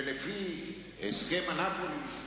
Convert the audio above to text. ולפי הסכם אנאפוליס,